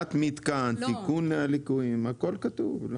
בדיקת מתקן, תיקון הליקויים הכל כתוב.